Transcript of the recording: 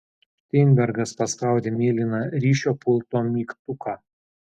šteinbergas paspaudė mėlyną ryšio pulto mygtuką